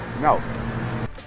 No